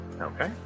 okay